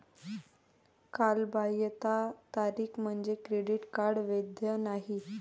कालबाह्यता तारीख म्हणजे क्रेडिट कार्ड वैध नाही